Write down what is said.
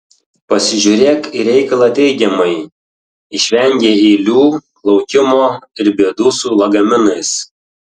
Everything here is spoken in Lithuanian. pasižiūrėk į reikalą teigiamai išvengei eilių laukimo ir bėdų su lagaminais